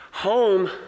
home